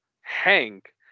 hank